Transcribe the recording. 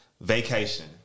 Vacation